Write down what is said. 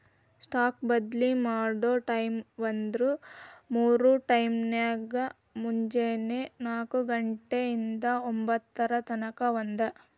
stock ಬದ್ಲಿ ಮಾಡೊ ಟೈಮ್ವ್ಂದ್ರ ಮೂರ್ ಟೈಮ್ನ್ಯಾಗ, ಮುಂಜೆನೆ ನಾಕ ಘಂಟೆ ಇಂದಾ ಒಂಭತ್ತರ ತನಕಾ ಒಂದ್